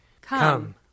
Come